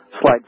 Slide